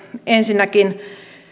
ensinnäkin